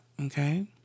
okay